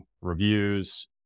reviews